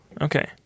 Okay